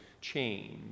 change